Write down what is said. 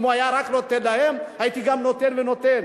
אם הוא היה נותן רק להם הייתי גם נותן ונותן.